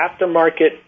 aftermarket